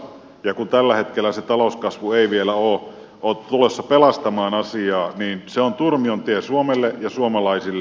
kun tällä hetkellä se talouskasvu ei vielä ole tulossa pelastamaan asiaa niin se on turmion tie suomelle ja suomalaisille